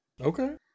Okay